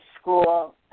school